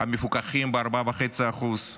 המפוקחים ב-4.5%?